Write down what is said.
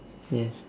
yes